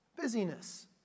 busyness